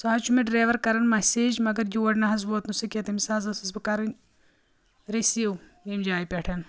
سُہ حظ چھُ مےٚ ڈرایوَر کران مسیج مگر یور نہ حظ ووت نہٕ سُہ کیٛنٚہہ تٔمس حظ ٲسٕس بہٕ کرٕنۍ رِسیٖو ییٚمہِ جایہِ پیٹھ